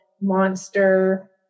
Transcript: monster